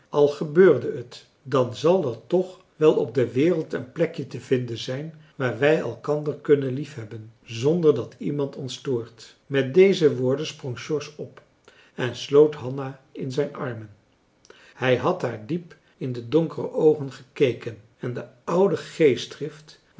al gebeurde het dan zal er toch wel op de wereld een plekje te vinden zijn waar wij elkander kunnen liefhebben zonder dat iemand ons stoort met deze woorden sprong george op en sloot hanna in zijn armen hij had haar diep in de donkere oogen gekeken en de oude geestdrift